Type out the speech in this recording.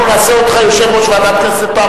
אנחנו נעשה אותך יושב-ראש ועדת הכנסת פעם